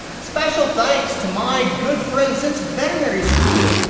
special thanks to my good friend since veterinary school,